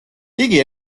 იგი